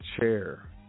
chair